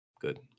Good